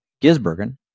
Gisbergen